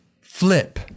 Flip